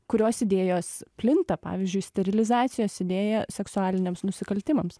kurios idėjos plinta pavyzdžiui sterilizacijos idėja seksualiniams nusikaltimams